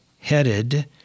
headed